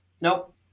Nope